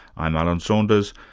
i'm alan saunders.